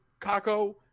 Kako